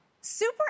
Super